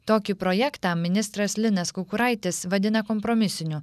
tokį projektą ministras linas kukuraitis vadina kompromisiniu